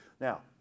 Now